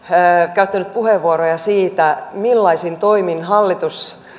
käyttänyt puheenvuoroja siitä millaisin toimin hallitus